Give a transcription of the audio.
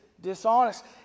dishonest